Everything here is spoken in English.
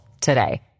today